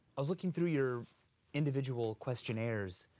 i was looking through your individual questionnaires.